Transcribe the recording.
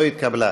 לא התקבלה.